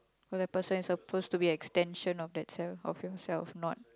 what happens is supposed to be extension of that self of yourself not